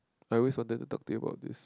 I always seldom to talk you about this